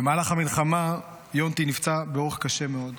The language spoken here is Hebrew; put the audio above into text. במהלך המלחמה יונתי נפצע באורח קשה מאוד.